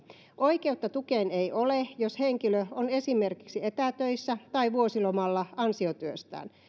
oikeutta tukeen ei ole jos henkilö on esimerkiksi etätöissä tai vuosilomalla ansiotyöstään